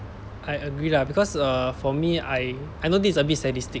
I agree lah because err for me I I know this is a bit sadistic